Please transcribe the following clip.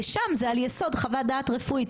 ושם זה על יסוד חוות דעת רפואית,